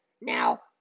Now